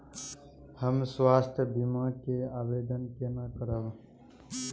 हम स्वास्थ्य बीमा के आवेदन केना करब?